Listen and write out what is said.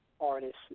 artists